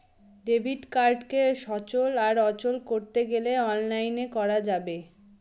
debit কার্ডকে সচল আর অচল করতে গেলে অনলাইনে করা যাবে